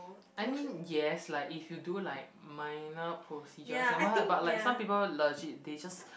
I mean yes lah if you do like minor procedures am I right but like some people legit they just